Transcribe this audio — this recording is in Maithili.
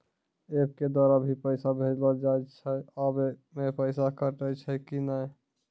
एप के द्वारा भी पैसा भेजलो जाय छै आबै मे पैसा कटैय छै कि नैय?